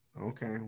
Okay